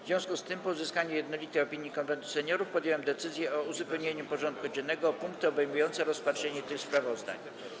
W związku z tym, po uzyskaniu jednolitej opinii Konwentu Seniorów, podjąłem decyzję o uzupełnieniu porządku dziennego o punkty obejmujące rozpatrzenie tych sprawozdań.